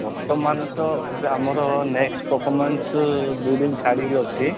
ବର୍ତ୍ତମାନ ତ ଏବେ ଆମର ନେକ୍ସଟ୍ ପର୍ଫୋମାନ୍ସ ଦୁଇଦିନ ଛାଡ଼ିକି ଅଛି